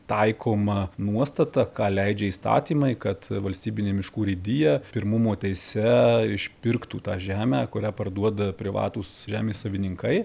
taikoma nuostata ką leidžia įstatymai kad valstybinė miškų urėdija pirmumo teise išpirktų tą žemę kurią parduoda privatūs žemės savininkai